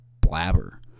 blabber